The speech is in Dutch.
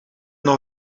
nog